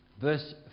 verse